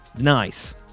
nice